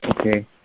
Okay